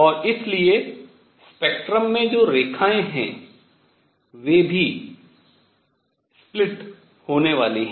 और इसलिए स्पेक्ट्रम में जो रेखाएं हैं वे भी विभाजित होने वाली हैं